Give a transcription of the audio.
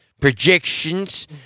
Projections